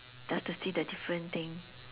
just to see the different thing